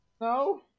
No